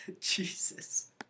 Jesus